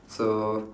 so